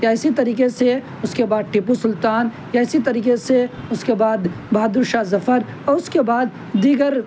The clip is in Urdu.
یا اسی طریقے سے اس کے بعد ٹیپو سلطان یا اسی طریقے سے اس کے بعد بہادر شاہ ظفر اور اس کے بعد دیگر